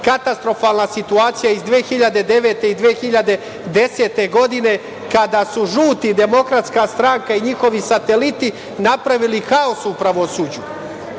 katastrofalna situacija iz 2009. i 2010. godine, kada su žuti, Demokratska stranka i njihovi sateliti napravili haos u pravosuđu. Sada